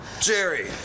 Jerry